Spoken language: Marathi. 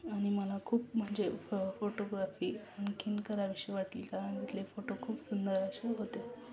आणि मला खूप म्हणजे फोटोग्राफी आणखी करावीशी वाटली कारण तिथले फोटो खूप सुंदर असे होते